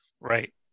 Right